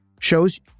shows